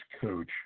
coach